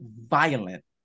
violent